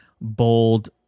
bold